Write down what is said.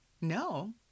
no